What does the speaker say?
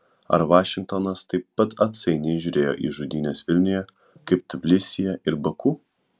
ar vašingtonas taip pat atsainiai žiūrėjo į žudynes vilniuje kaip tbilisyje ir baku